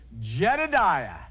jedediah